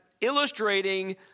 illustrating